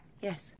Yes